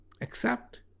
accept